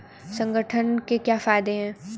संगठन के क्या फायदें हैं?